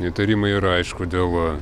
įtarimai yra aišku dėl